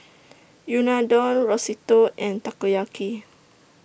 Unadon Risotto and Takoyaki